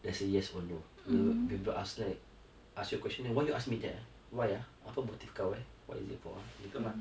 there's a yes or no um people ask right ask you a question why you asking me that why ah apa motive kau eh what is it for faham tak